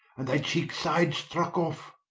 and thy cheekes side struck off?